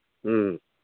ꯎꯝ